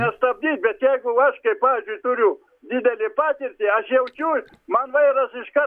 nestabdyt bet jeigu aš kaip pavyzdžiui turiu didelę patirtį aš jaučiu man vairas iškar